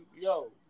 yo